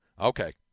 Okay